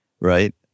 right